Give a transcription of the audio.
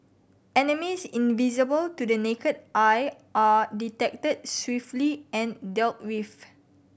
enemies invisible to the naked eye are detected swiftly and dealt with